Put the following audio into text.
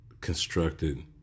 constructed